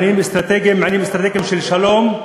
עניינים אסטרטגיים של שלום,